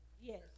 Yes